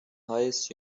highest